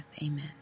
amen